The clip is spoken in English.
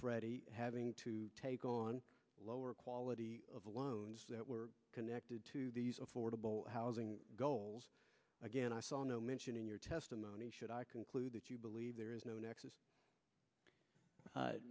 freddie having to take on lower quality of loans that were connected to these affordable housing goals again i saw no mention in your testimony should i conclude that you believe there is no nex